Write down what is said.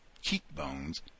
cheekbones